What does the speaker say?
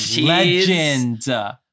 legend